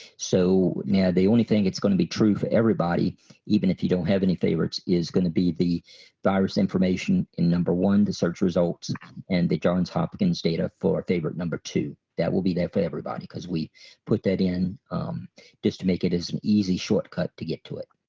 so now the only thing that's going to be true for everybody even if you don't have any favorites is going to be the virus information in number one the search results and the johns hopkins data for favorite number two that will be there for everybody because we put that in just to make it as an easy shortcut to get to it.